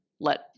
let